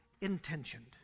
intentioned